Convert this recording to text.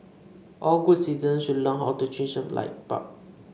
all good citizens should learn how to change a light bulb